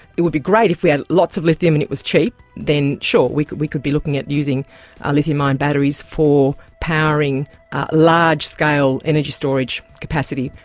it would be great if we had lots of lithium and it was cheap, then sure, we we could be looking at using ah lithium ion batteries for powering large-scale energy storage capacity.